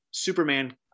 Superman